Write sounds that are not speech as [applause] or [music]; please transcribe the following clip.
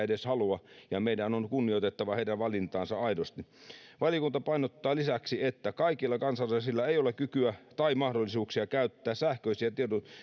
[unintelligible] edes halua ja meidän on kunnioitettava heidän valintaansa aidosti valiokunta painottaa lisäksi että kaikilla kansalaisilla ei ole kykyä tai mahdollisuuksia käyttää sähköisiä